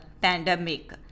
pandemic